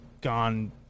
gone